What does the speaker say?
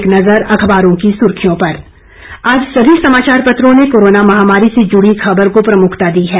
एक नज़र अखबारों की सुर्खियों पर आज सभी समाचार पत्रों ने कोरोना महामारी से जुड़ी खबर को प्रमुखता दी है